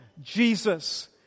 Jesus